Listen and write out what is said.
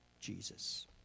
Jesus